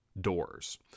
Doors